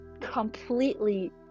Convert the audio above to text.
completely